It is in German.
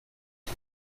ich